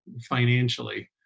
financially